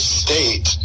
state